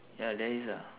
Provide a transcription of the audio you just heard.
ya there is ah